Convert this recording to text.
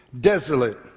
desolate